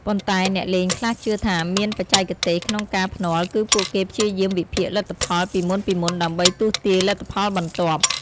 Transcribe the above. ប៉ុន្តែអ្នកលេងខ្លះជឿថាមានបច្ចេកទេសក្នុងការភ្នាល់គឺពួកគេព្យាយាមវិភាគលទ្ធផលពីមុនៗដើម្បីទស្សន៍ទាយលទ្ធផលបន្ទាប់។